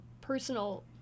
personal